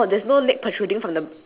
I mean you know the basketball